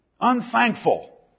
unthankful